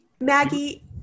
Maggie